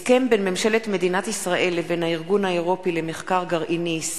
הסכם בין ממשלת מדינת ישראל לבין הארגון האירופי למחקר גרעיני,